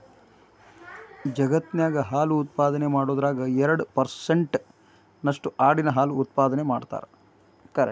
ಜಗತ್ತಿನ್ಯಾಗ ಹಾಲು ಉತ್ಪಾದನೆ ಮಾಡೋದ್ರಾಗ ಎರಡ್ ಪರ್ಸೆಂಟ್ ನಷ್ಟು ಆಡಿನ ಹಾಲು ಉತ್ಪಾದನೆ ಮಾಡ್ತಾರ